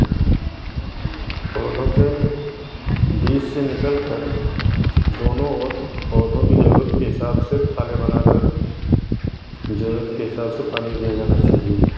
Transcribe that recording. पौधों के बीच से निकलकर दोनों ओर पौधों की ज़रूरत के हिसाब से थैले बनाकर ज़रूरत के हिसाब से पानी दे देना चाहिए